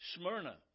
Smyrna